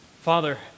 Father